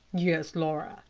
yes, laura,